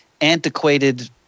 antiquated